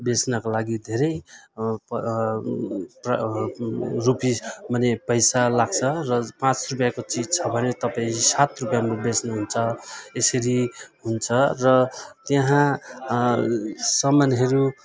बेच्नका लागि धेरै प्र रुपिस माने पैसा लाग्छ र पाँच रुपियाँको चिज छ भने तपाईँ सात रुपियाँमा बेच्नु हुन्छ यसरी हुन्छ र त्यहाँ सामानहरू